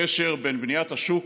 קשר בין בניית השוק,